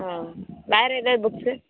ஆ வேறு எதாவது புக்ஸு